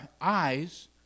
eyes